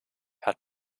herr